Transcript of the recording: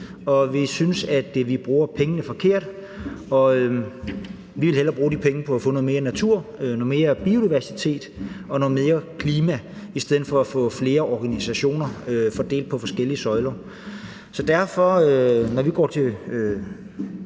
og vi synes, at man bruger pengene forkert, og vi vil hellere bruge de penge på at få noget mere natur og noget mere biodiversitet og noget mere klima i stedet for at få flere organisationer fordelt på forskellige søjler. Så derfor: Når vi går til